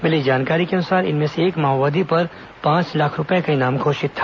मिली जानकारी के अनुसार इनमें से एक माओवादी पर पांच लाख रूपये का इनाम घोषित था